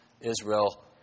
Israel